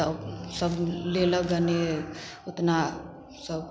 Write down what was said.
तब सभ लेलक गने ओतना सब